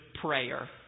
prayer